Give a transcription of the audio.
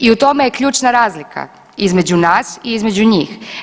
I u tome je ključna razlika između nas i između njih.